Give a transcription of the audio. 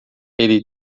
ele